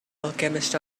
alchemist